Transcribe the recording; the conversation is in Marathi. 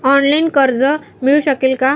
ऑनलाईन कर्ज मिळू शकेल का?